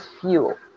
fuel